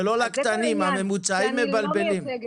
זה לא לקטנים, הממוצע מבלבל.